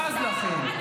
קריאה ראשונה.